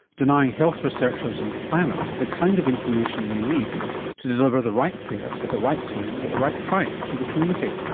denying health researchers and planners the kind of information they need to deliver the right care at the right time and at the right price to the community.